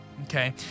Okay